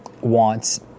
wants